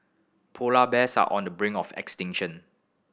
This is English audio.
polar bears are on the brink of extinction